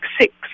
six